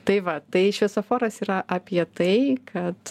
tai va tai šviesoforas yra apie tai kad